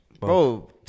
Bro